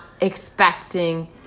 expecting